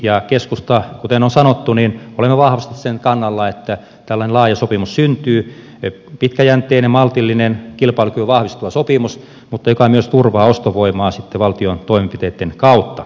ja keskustassa kuten on sanottu olemme vahvasti sen kannalla että tällainen laaja sopimus syntyy pitkäjänteinen maltillinen kilpailukykyä vahvistava sopimus joka myös turvaa ostovoimaa sitten valtion toimenpiteitten kautta